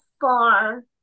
far